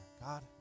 God